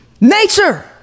nature